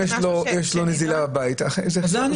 למישהו יש נזילה בבית והוא צריך לקנות משהו.